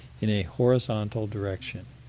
in a horizontal direction.